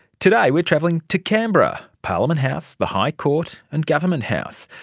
today we're traveling to canberra parliament house, the high court and government house.